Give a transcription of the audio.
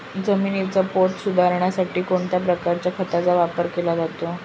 जमिनीचा पोत सुधारण्यासाठी कोणत्या प्रकारच्या खताचा वापर केला जातो?